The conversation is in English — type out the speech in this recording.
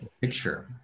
picture